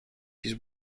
his